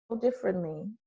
differently